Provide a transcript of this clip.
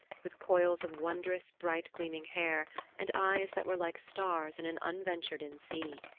with coils of wondrous, bright-gleaming hair and eyes that were like stars in an unventured-in sea.